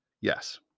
Yes